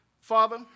Father